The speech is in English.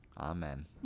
Amen